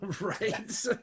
right